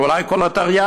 ואולי כל התרי"ג.